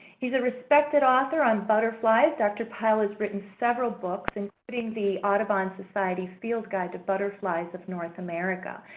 he's a respected author on butterflies. dr. pyle has written several books, including the autobahn society's field guide to butterflies of north america.